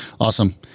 Awesome